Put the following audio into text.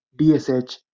DSH